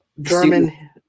German